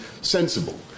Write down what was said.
sensible